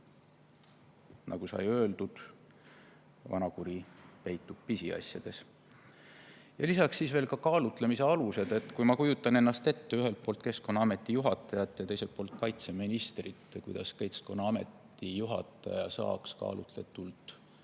Nagu öeldud, vanakuri peitub pisiasjades. Lisaks veel kaalutlemise alused. Kui kujutada ette ühelt poolt Keskkonnaameti juhatajat ja teiselt poolt kaitseministrit, siis kuidas Keskkonnaameti juhataja saaks kaalutletult